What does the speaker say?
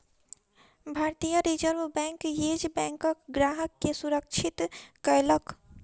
भारतीय reserve bank, Yes बैंकक ग्राहक के सुरक्षित कयलक